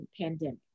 pandemic